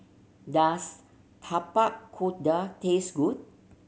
does Tapak Kuda taste good